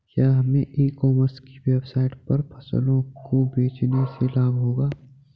क्या हमें e commerce की वेबसाइट पर फसलों को बेचने से लाभ होगा?